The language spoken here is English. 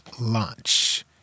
launch